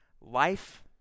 Life